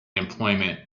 employment